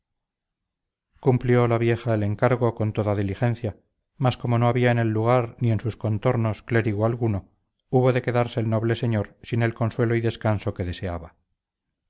cumplió la vieja el encargo con toda diligencia mas como no había en el lugar ni en sus contornos clérigo alguno hubo de quedarse el noble señor sin el consuelo y descanso que deseaba